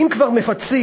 ואם כבר מפצים,